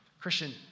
Christian